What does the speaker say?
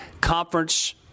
conference